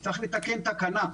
צריך לתקן תקנה,